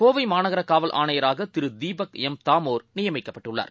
கோவைமாநகரகாவல்ஆணையராகதிருதீபக்எம்தா மோர்நியமிக்கப்பட்டுள்ளார்